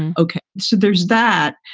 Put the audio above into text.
and ok. so there's that.